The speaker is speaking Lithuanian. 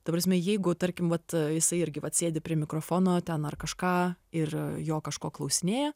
ta prasme jeigu tarkim vat a jisai irgi vat sėdi prie mikrofono ten ar kažką ir jo kažko klausinėja